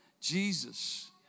Jesus